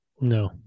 No